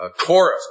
chorus